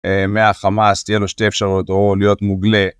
מהחמאס, תהיה לו שתי אפשרויות או להיות מוגלה.